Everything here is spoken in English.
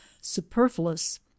superfluous